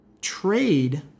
trade